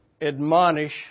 admonish